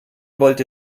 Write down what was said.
wollte